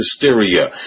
hysteria